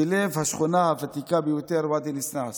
בלב השכונה הוותיקה ביותר ואדי ניסנאס.